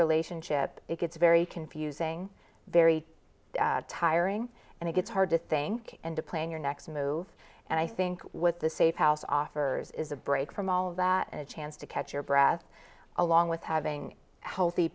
relationship it gets very confusing very tiring and it gets hard to think and to plan your next move and i think what the safe house offers is a break from all of that and a chance to catch your breath along with having healthy